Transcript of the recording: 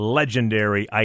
legendary